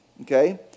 okay